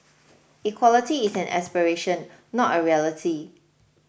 equality is an aspiration not a reality